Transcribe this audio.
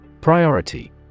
Priority